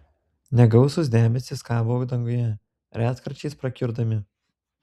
negausūs debesys kabo danguje retkarčiais prakiurdami